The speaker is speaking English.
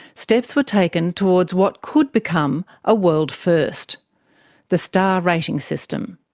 steps were taken towards what could become a world first the star rating system.